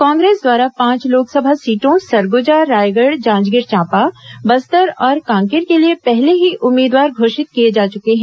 कांग्रेस द्वारा पांच लोकसभा सीटों सरगुजा रायगढ़ जांजगीर चांपा बस्तर और कांकेर के लिए पहले ही उम्मीदवार घोषित किए जा चुके हैं